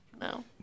No